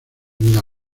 vida